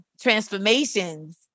transformations